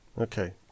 Okay